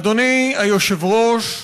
אדוני היושב-ראש,